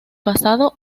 pasado